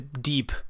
deep